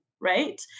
right